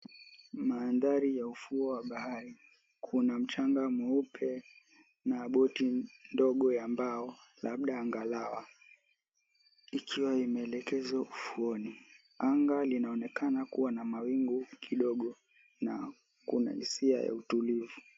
Mandhari ya ufuo wa bahari kuna mchanga mweupe na boti ndogo ya mbao labda angalawa ikiwa imeelekezwa ufuoni. Anga linaonekana kuwa na mawingu kidogo na kuna hisia ya utulivu.